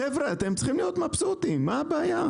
חבר'ה אתם צריכים להיות מבסוטים, מה הבעיה?